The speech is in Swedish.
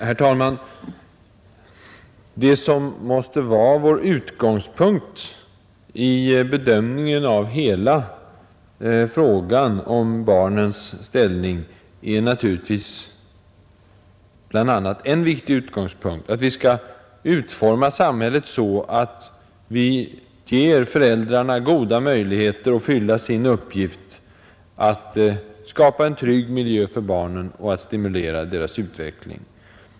Herr talman! Vid bedömningen av hela frågan om barnens ställning måste en viktig utgångspunkt vara, att vi skall utforma samhället så, att vi ger föräldrarna goda möjligheter att fylla sin uppgift att skapa en trygg miljö för barnen och att stimulera deras utveckling.